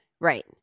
Right